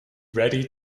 ready